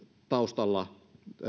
taustalla